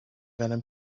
venom